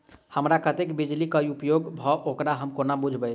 हमरा कत्तेक बिजली कऽ उपयोग भेल ओकर हम कोना बुझबै?